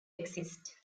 exist